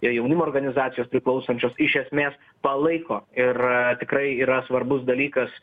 jaunimo organizacijos priklausančios iš esmės palaiko ir tikrai yra svarbus dalykas